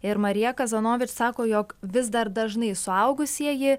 ir marija kazanovič sako jog vis dar dažnai suaugusieji